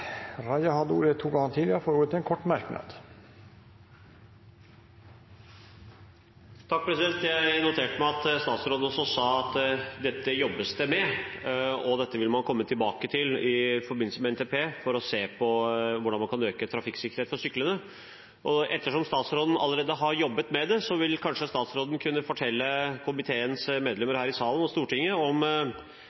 ordet to ganger tidligere og får ordet til en kort merknad, begrenset til 1 minutt. Jeg noterte meg at statsråden sa at dette jobbes det med, og at dette vil man komme tilbake til i forbindelse med NTP for å se på hvordan man kan øke trafikksikkerheten for syklende. Ettersom statsråden allerede har jobbet med det, vil kanskje statsråden kunne fortelle komiteens